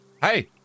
Hey